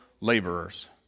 laborers